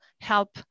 help